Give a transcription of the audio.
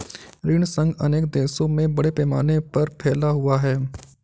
ऋण संघ अनेक देशों में बड़े पैमाने पर फैला हुआ है